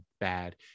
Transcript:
bad